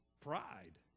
Pride